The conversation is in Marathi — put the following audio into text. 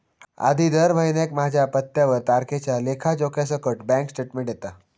आधी दर महिन्याक माझ्या पत्त्यावर तारखेच्या लेखा जोख्यासकट बॅन्क स्टेटमेंट येता